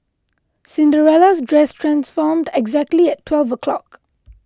Cinderella's dress transformed exactly at twelve o'clock